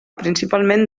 principalment